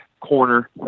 corner